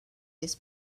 this